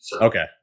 Okay